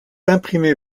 imprimé